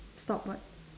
stop what